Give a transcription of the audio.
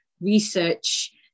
research